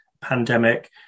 pandemic